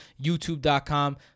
YouTube.com